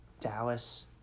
Dallas